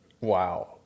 Wow